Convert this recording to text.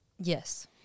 Yes